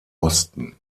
osten